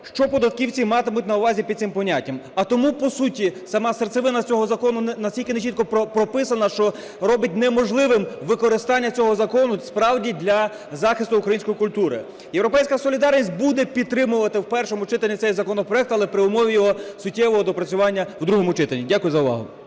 що податківці матимуть на увазі під цим поняттям. А тому по суті сама серцевина цього закону настільки нечітко прописана, що робить неможливим використання цього закону справді для захисту української культури. "Європейська солідарність" буде підтримувати в першому читанні цей законопроект, але при умові його суттєвого доопрацювання в другому читанні. Дякую за увагу.